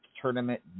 tournament